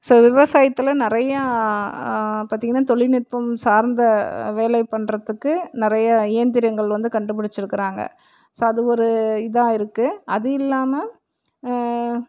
so விவசாயத்தில் நிறையா பார்த்தீங்கன்னா தொழில் நுட்பம் சார்ந்த வேலை பண்ணுறதுக்கு நிறைய இயந்திரங்கள் வந்து கண்டுபிடிச்சிருக்குறாங்க ஸோ அது ஒரு இதாக இருக்குது அது இல்லாமல்